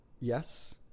yes